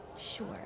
Sure